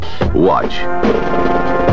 Watch